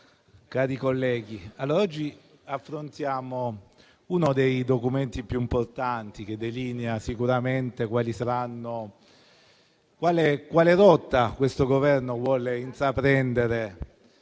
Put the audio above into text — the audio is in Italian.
Cari colleghi, oggi affrontiamo uno dei documenti più importanti, che delinea sicuramente la rotta che questo Governo vuole intraprendere.